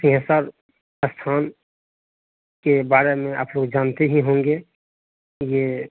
केसर स्थान के बारे में आप लोग जानते ही होंगे यह